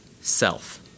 self